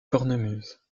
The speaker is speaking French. cornemuse